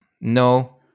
No